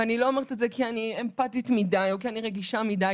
אני לא אומרת את זה כי אמפטית מידי או כי אני רגישה מידי,